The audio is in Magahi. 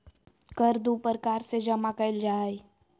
कर दू प्रकार से जमा कइल जा हइ